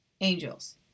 angels